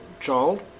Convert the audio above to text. child